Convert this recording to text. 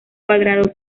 cuadrado